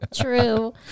True